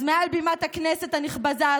אז מעל בימת הכנסת הנכבדה הזאת,